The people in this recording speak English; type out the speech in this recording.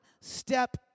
step